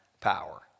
power